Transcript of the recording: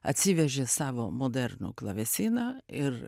atsivežė savo modernų klavesiną ir